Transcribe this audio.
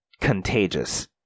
contagious